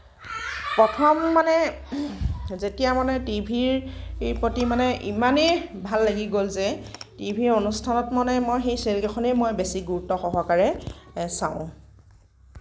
প্ৰথম মানে যেতিয়া মানে টিভিৰ ইৰ প্ৰতি মানে ইমানেই ভাল লাগি গ'ল যে টিভিৰ অনুস্থানত মানে মই সেই চিৰিয়েলকেইখনেই মই বেছি গুৰুত্ব সহকাৰে চাওঁ